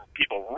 people